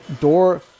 door